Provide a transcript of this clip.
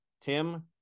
Tim